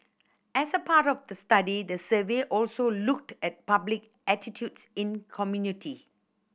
as a part of the study the survey also looked at public attitudes in community